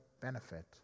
benefit